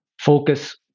focus